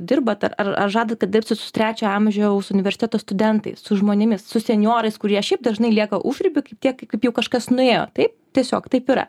dirbat ar ar ar žadate dirbti su trečio amžiaus universiteto studentais su žmonėmis su senjorais kurie šiaip dažnai lieka užriby kaip tiek kaip jau kažkas nuėjo taip tiesiog taip yra